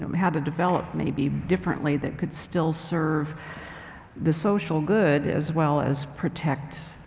um how to develop maybe differently that could still serve the social good as well as protect